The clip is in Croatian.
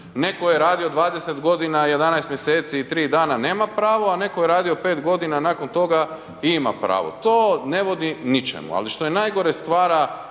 Netko je radio 20 godina, 11 mjeseci i 3 dana, nema pravo, a netko je radio 5 godina nakon toga i ima pravo. To ne vodi ničemu, ali što je najgore, stvara,